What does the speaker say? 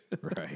Right